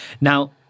Now